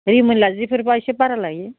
रिमोनला जिफोरबा एसे बारा लायो